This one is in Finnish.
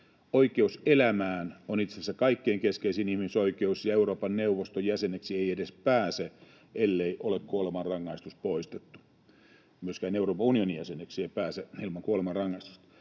Oikeus elämään on itse asiassa kaikkein keskeisin ihmisoikeus. Euroopan neuvoston jäseneksi ei edes pääse, ellei ole kuolemanrangaistus poistettu. Myöskään Euroopan unionin jäseneksi ei pääse kuin ilman kuolemanrangaistusta.